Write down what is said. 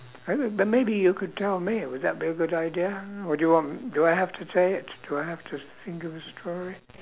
!hey! b~ but maybe you could tell me would that be a good idea or do you want m~ do I have to say it do I have to s~ think of a story